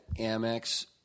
Amex